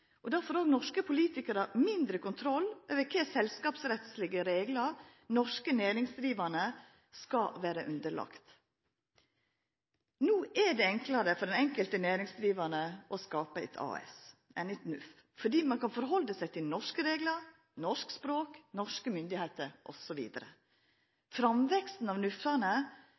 norske politikarar mindre kontroll over kva selskapsrettslege reglar norske næringsdrivande skal vera underlagde. No er det enklare for den enkelte næringsdrivande å skapa eit AS enn eit NUF, fordi ein kan halda seg til norske reglar, norsk språk og norske myndigheiter, osv. Framveksten av